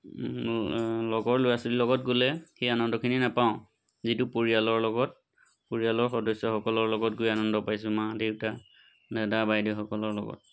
লগৰ ল'ৰা ছোৱালীৰ লগত গ'লে সেই আনন্দখিনি নাপাওঁ যিটো পৰিয়ালৰ লগত পৰিয়ালৰ সদস্যসকলৰ লগত গৈ আনন্দ পাইছোঁ মা দেউতা দাদা বাইদেউসকলৰ লগত